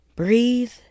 breathe